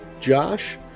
Josh